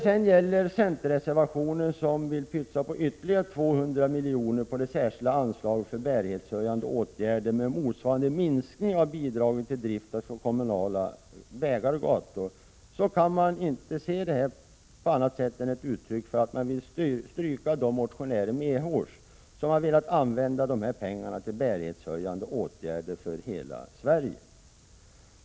Centerreservationen ville öka det särskilda anslaget för bärighetshöjande åtgärder med ytterligare 200 milj.kr. med motsvarande minskning av bidraget till drift av kommunala vägar och gator. Det kan väl inte ses som annat än ett uttryck för att man vill stryka de motionärer medhårs som har velat använda de här pengarna till bärighetshöjande åtgärder över hela Sverige.